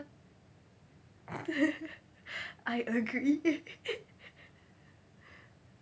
I agree